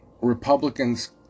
Republicans